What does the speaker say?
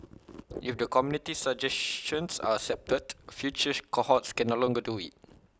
if the committee's suggestions are accepted future cohorts can no longer do IT